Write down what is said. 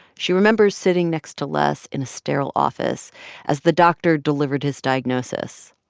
she remembers sitting next to les in a sterile office as the doctor delivered his diagnosis.